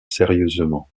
sérieusement